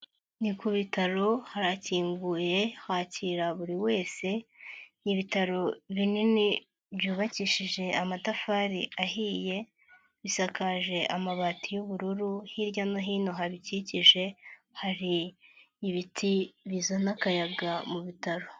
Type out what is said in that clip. Ni ku bitaro harakinguye, hakira buri wese, ibitaro binini byubakishije amatafari ahiye, bisakaje amabati y'ubururu, hirya no hino habikikije, hari ibiti bizana akayaga mu bitaro.